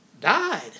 died